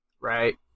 right